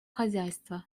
хозяйства